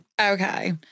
Okay